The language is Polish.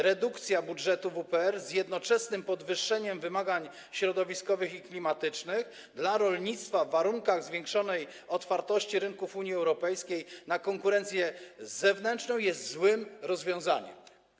Redukcja budżetu na wspólną politykę rolną z jednoczesnym podwyższeniem wymagań środowiskowych i klimatycznych dla rolnictwa w warunkach zwiększonej otwartości rynków Unii Europejskiej na konkurencję zewnętrzną jest złym rozwiązaniem.